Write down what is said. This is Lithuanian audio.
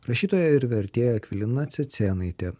rašytoja ir vertėja akvilina cicėnaitė